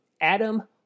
Adam